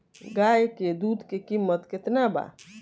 गाय के दूध के कीमत केतना बा?